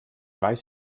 weiß